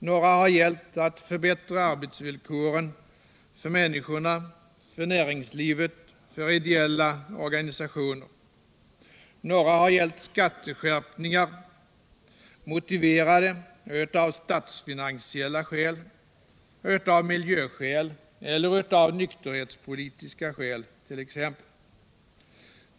Några har gällt att förbättra arbetsvillkoren för människorna, för näringslivet, för ideella organisationer. Några har gällt skatteskärpningar motiverade av t.ex. statsfinansiella skäl, miljöskäl eller nykterhetspolitiska skäl.